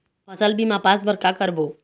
फसल बीमा पास बर का करबो?